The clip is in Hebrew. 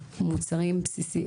המוצרים הבסיסיים,